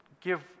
give